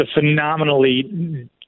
phenomenally